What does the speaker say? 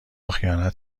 خیانت